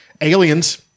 Aliens